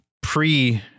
pre